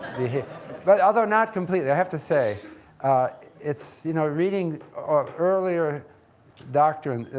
but, although, not completely, i have to say it's, you know, reading ah earlier doctrine,